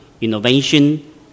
innovation